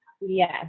Yes